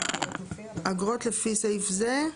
אגרות לפי סעיף זה,